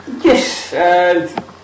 Yes